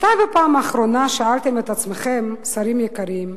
מתי בפעם האחרונה שאלתם את עצמכם, שרים יקרים,